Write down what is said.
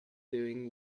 doing